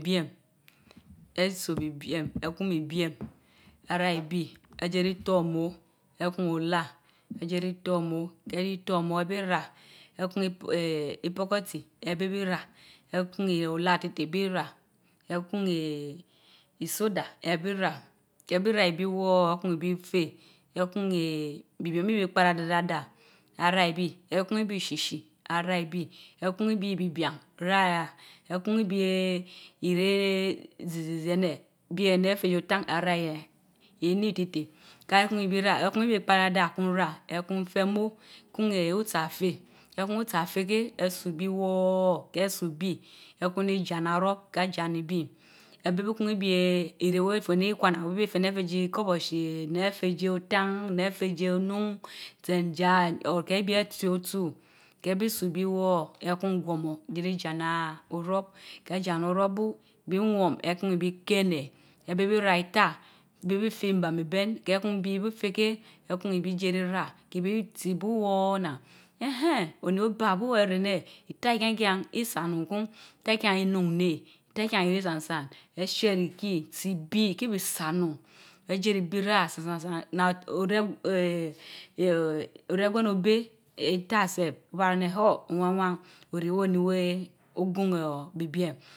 Biem, etso bi bien, etan ibien, arabe awele Jii for omor chun olar, ejendis Foru ken deh jii for enyor, ebeh rah eteun ti weeh iportkortii eben bii rah, ekun exon olar fit eben birah, etun iseda ebii rah, keh bel rah ibii woor adsun ibil fen, shun eeen. bibiem bi beh teparadacadada, araibil eky i bil shir snili ata ibli, etaan ibii bibian ranean ekun ibien irehech ziizizi emch enth i bin efen die otan tkun ibir tkun rah, etkun ibile repandadadaa kun rah etcun peth emon, reun eech atsa Fen, ken kun otsa fare key etso bil woor keh tsobri, etcun Jii Jaana arob kah Jaana ibri ebeh bil teun ibie fres wch feh neh itawany weh teh neh efeh stie Ikorbagnie nea reh jie atan, nen fen onun, tsen Ila of tech bire fio arma eeh ini titeh, kah tsu, ebii soo obli Jen Jiana otob, kell Jiana orob bu, koh bil woor, etun guomos woarm etku obri keunch, ebch bai ra itaa bela bii Feh abnam iben, keh kun obii beh bii fen keh, ehun obli sive Jirah keh bitsi bu woor cbah Innan enheen! onli bu ergh eneh, ita a ken kien, I sa onun kury ita kien innun neh, ita kien iken tsan tson eshieren ikii tsi ibii ki i saronun, etile reh Ibii Jii rah tsantsansan, eshiereh ikii tsi ibii hii isaonun, edieren Ibii rah tsi san sansan nah oreg eeshoeeh oregwen obeh itaa sef oba min ench huh! owan wa onii weh bibiem tsa onun.